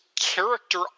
character